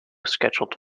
scheduled